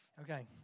Okay